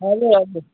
हजुर हजुर